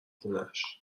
خونش